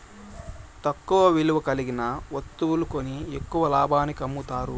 తక్కువ విలువ కలిగిన వత్తువులు కొని ఎక్కువ లాభానికి అమ్ముతారు